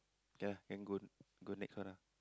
ya can go go next one ah